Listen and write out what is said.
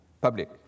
public